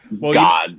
god